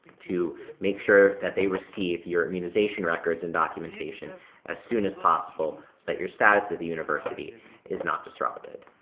to make sure that they receive your immunization records and documentation as soon as possible, so that your status at the university is not disrupted.